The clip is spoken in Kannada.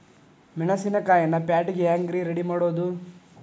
ಮೆಣಸಿನಕಾಯಿನ ಪ್ಯಾಟಿಗೆ ಹ್ಯಾಂಗ್ ರೇ ರೆಡಿಮಾಡೋದು?